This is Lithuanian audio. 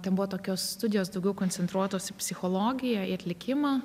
ten buvo tokios studijos daugiau koncentruotos į psichologiją į atlikimą